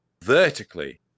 vertically